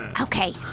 Okay